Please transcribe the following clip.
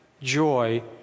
Joy